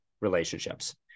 Relationships